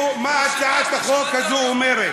חברים.